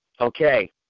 okay